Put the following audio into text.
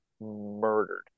murdered